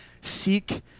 Seek